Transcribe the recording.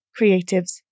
creatives